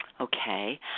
Okay